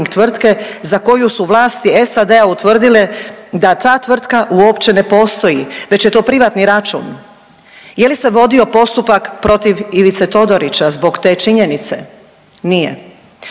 za koju su vlasti SAD-a utvrdile da ta tvrtka uopće ne postoji već je to privatni račun. Je li se vodio postupak protiv Ivice Todorića zbog te činjenice? Nije.